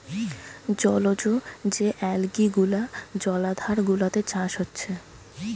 জলজ যে অ্যালগি গুলা জলাধার গুলাতে চাষ হচ্ছে